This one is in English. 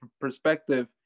perspective